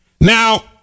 Now